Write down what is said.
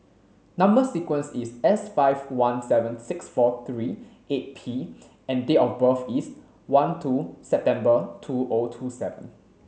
number sequence is S five one seven six four three eight P and date of birth is one two September two zero two seven